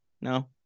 No